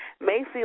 Macy